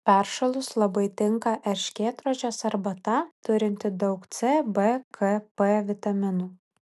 peršalus labai tinka erškėtrožės arbata turinti daug c b k p vitaminų